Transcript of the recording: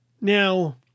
Now